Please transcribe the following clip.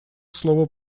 слово